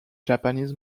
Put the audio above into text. japanese